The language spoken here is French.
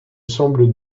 semble